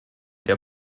der